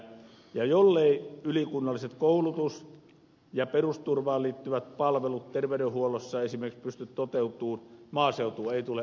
ja jolleivät ylikunnalliset koulutus ja perusturvaan liittyvät palvelut esimerkiksi terveyden huollossa pysty toteutumaan maaseutu ei tule onnistumaan